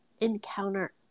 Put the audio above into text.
encounter